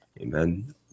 amen